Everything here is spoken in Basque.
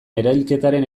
erailketaren